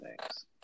thanks